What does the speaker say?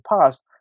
past